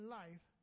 life